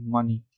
Money